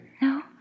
No